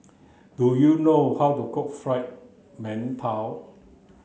do you know how to cook fried Mantou